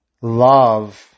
love